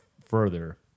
further